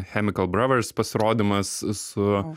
chemical brothers pasirodymas su